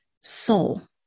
soul